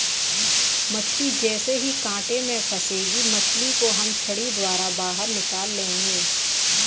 मछली जैसे ही कांटे में फंसेगी मछली को हम छड़ी द्वारा बाहर निकाल लेंगे